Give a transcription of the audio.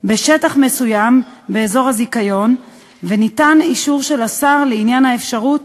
בשטח מסוים באזור הזיכיון וניתן אישור של השר לעניין האפשרות